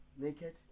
Naked